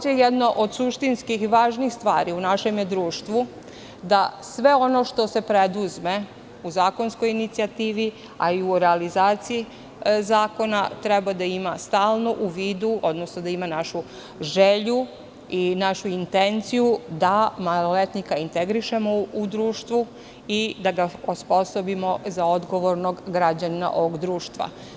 Jedno od suštinski važnih stvari u našem društvu je da sve ono što se preduzme u zakonskoj inicijativi, a i u realizaciji zakona treba da ima stalno u vidu, odnosno da ima našu želju i našu intenciju da maloletnika integrišemo u društvo i da ga osposobimo za odgovornog građanina ovog društva.